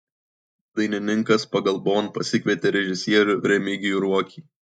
dainininkas pagalbon pasikvietė režisierių remigijų ruokį